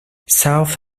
south